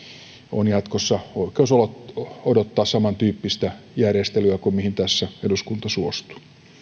on jatkossa oikeus odottaa samantyyppistä järjestelyä kuin mihin tässä eduskunta suostuu